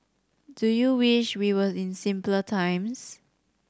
do you wish we were in simpler times